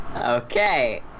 Okay